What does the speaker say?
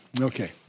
Okay